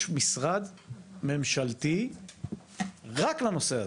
יש משרד ממשלתי רק לנושא הזה.